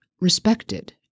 respected